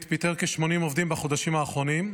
פיטר כ-80 עובדים בחודשים האחרונים,